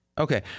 Okay